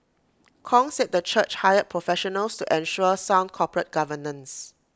Kong said the church hired professionals to ensure sound corporate governance